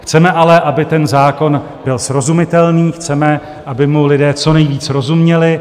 Chceme ale, aby ten zákon byl srozumitelný, chceme, aby mu lidé co nejvíc rozuměli.